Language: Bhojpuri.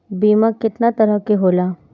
बीमा केतना तरह के होला?